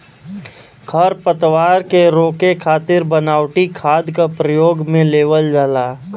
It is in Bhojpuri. खरपतवार के रोके खातिर बनावटी खाद क परयोग में लेवल जाला